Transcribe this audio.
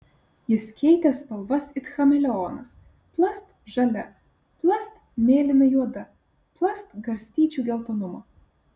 jis keitė spalvas it chameleonas plast žalia plast mėlynai juoda plast garstyčių geltonumo